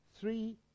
three